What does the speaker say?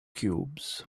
cubes